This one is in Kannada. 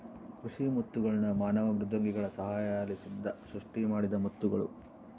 ಕೃಷಿ ಮುತ್ತುಗಳ್ನ ಮಾನವ ಮೃದ್ವಂಗಿಗಳ ಸಹಾಯಲಿಸಿಂದ ಸೃಷ್ಟಿಮಾಡಿದ ಮುತ್ತುಗುಳು